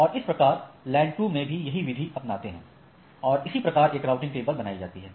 और इस प्रकार LAN 2 में भी यही विधि अपनाते हैं और इसी प्रकार एक राउटिंग टेबल बनाई जाती है